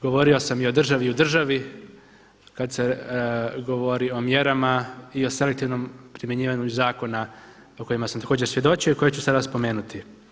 Govorio sam i o državi u državi kad se govori o mjerama i o selektivnom primjenjivanju zakona o kojima sam također svjedočio i koje ću sada spomenuti.